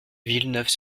villeneuve